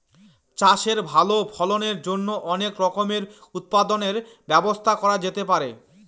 চাষের ভালো ফলনের জন্য অনেক রকমের উৎপাদনের ব্যবস্থা করা যেতে পারে